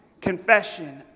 confession